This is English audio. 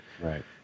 Right